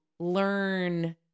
learn